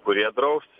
kurie draus